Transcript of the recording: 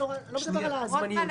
אני לא מדבר על הזמניים,